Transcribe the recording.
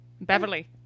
Beverly